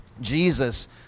Jesus